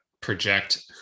project